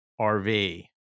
RV